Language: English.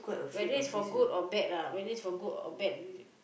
whether is for good or bad whether is for good or bad